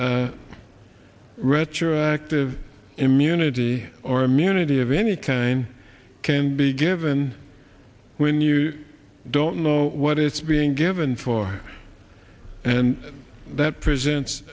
that retroactive immunity or immunity of any kind can be given when you don't know what it's being given for and that presents